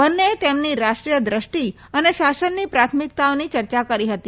બંનેએ તેમની રાષ્ટ્રીય દ્રષ્ટિ અને શાસનની પ્રાથમિકતાઓની ચર્ચા કરી હતી